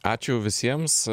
ačiū visiems